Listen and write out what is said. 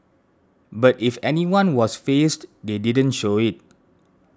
but if anyone was fazed they didn't show it